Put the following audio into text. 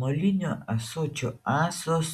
molinio ąsočio ąsos